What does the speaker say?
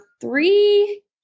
three